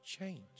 change